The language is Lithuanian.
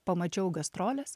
pamačiau gastroles